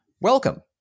Welcome